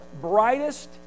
brightest